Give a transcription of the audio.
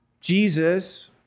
Jesus